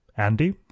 Andy